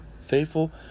faithful